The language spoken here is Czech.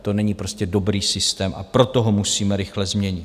To není prostě dobrý systém, a proto ho musíme rychle změnit.